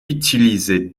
utilisait